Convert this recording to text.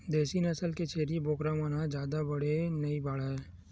देसी नसल के छेरी बोकरा मन ह जादा बड़े नइ बाड़हय